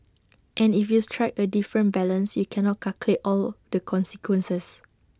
and if you strike A different balance you cannot calculate all the consequences